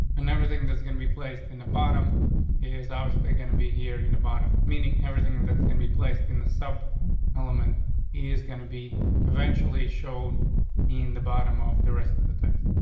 and everything that's going to be placed in the bottom is obviously be here in the bottom, meaning everything and that's going to be placed in the sub element is gonna be eventually showed in the bottom of the rest of the text.